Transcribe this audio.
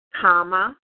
comma